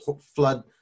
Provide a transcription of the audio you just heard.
flood